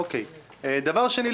דבר שני,